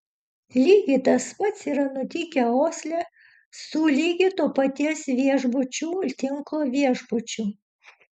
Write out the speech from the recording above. lygiai tas pats yra nutikę osle su lygiai to paties viešbučių tinklo viešbučiu